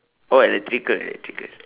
oh electrical electrical